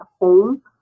home